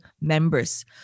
members